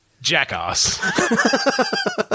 jackass